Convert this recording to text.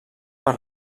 per